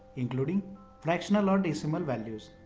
including fractional or decimal values.